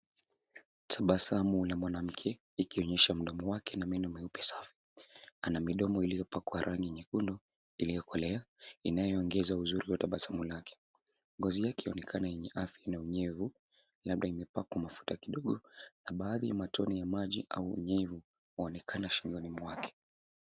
Tabasamu la mwanamke likionyesha mdomo wake na meno meupe sana. Ana midomo iliyopakwa rangi nyekundu, iliyokolea, inayoongeza uzuri wa tabasamu lake. Ngozi yake yaonekana yenye afya na unyevu labda imepakwa mafuta kidogo na baadhi ya matone ya maji au unyevu waonekana shingoni mwake.